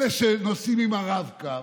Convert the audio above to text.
אלה שנוסעים עם הרב-קו,